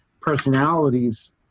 personalities